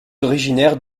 originaire